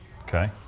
okay